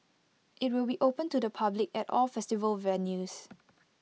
IT will be open to the public at all festival venues